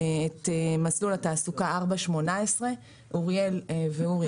את מסלול התעסוקה 418. אוריאל ואורי,